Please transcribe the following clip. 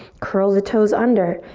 curl the toes under.